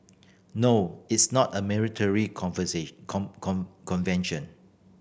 no it's not a military convention